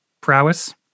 prowess